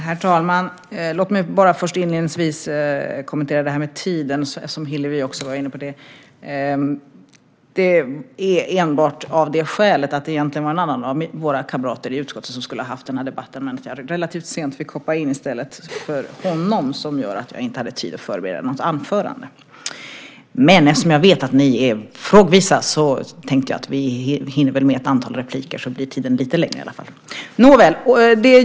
Herr talman! Låt mig inledningsvis kommentera det här med tiden, som Hillevi också var inne på. Det är enbart av det skälet att det egentligen var en annan av våra kamrater i utskottet som skulle ha haft den här debatten. Relativt sent fick jag hoppa in i stället för honom och hann inte förbereda något anförande. Jag vet att ni är frågvisa och tänkte att vi hinner med ett antal repliker, och så blir tiden lite längre i alla fall.